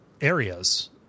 areas